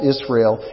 Israel